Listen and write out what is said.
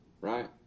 right